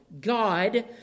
God